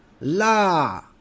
La